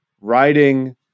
writing